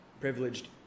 Privileged